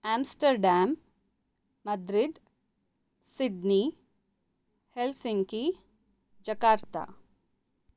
Amsterdam Madrid Sydney Helsinki Jakarta